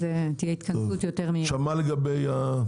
אתם מצד אחד